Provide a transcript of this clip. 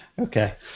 Okay